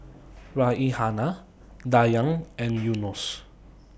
Raihana Dayang and Yunos